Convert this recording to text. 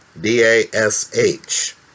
D-A-S-H